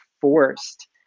forced